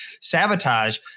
sabotage